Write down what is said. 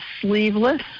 sleeveless